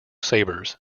sabres